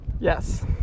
Yes